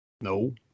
No